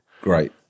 Great